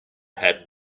had